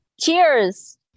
Cheers